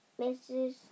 Mrs